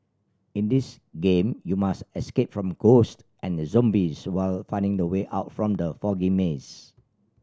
in this game you must escape from ghost and zombies while finding the way out from the foggy maze